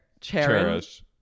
Cherish